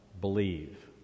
believe